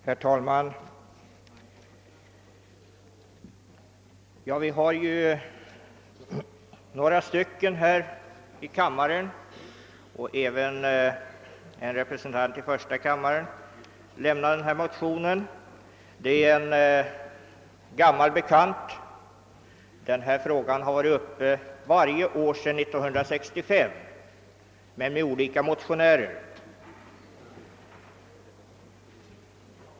Herr talman! Det är jag och några ledamöter av denna kammare liksom en ledamot av första kammaren som väckt förevarande motionspar, vilket är en gammal bekant. Denna fråga har varit uppe till behandling varje år sedan 1965 men med olika motionärer.